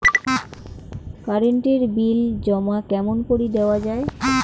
Current এর bill জমা কেমন করি দেওয়া যায়?